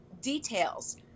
details